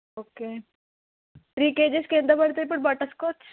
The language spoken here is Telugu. ఓకే త్రీ కేజెస్కి ఎంత పడతుంది ఇప్పుడు బటర్స్కాచ్